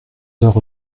heures